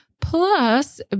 plus